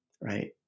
right